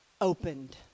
opened